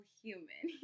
human